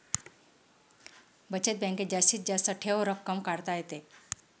बचत बँकेत जास्तीत जास्त ठेव रक्कम काढता येते